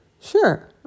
Sure